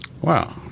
Wow